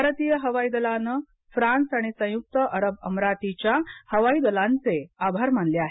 भारतीय हवाई दलानं फ्रांस आणि संयुक्त अरब अमिराती च्या हवाई दलांचे आभार मानले आहेत